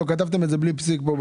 כי כתבתם את זה בלי פסיק פה,